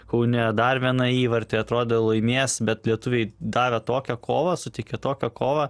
kaune dar vieną įvartį atrodė laimės bet lietuviai davė tokią kovą suteikė tokią kovą